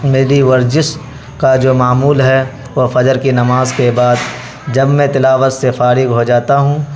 میری ورزش کا جو معمول ہے وہ فجر کی نماز کے بعد جب میں تلاوت سے فارغ ہو جاتا ہوں